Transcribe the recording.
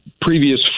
previous